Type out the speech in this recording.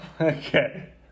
okay